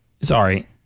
Sorry